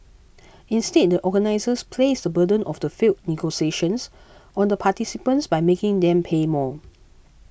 instead the organisers placed the burden of the failed negotiations on the participants by making them pay more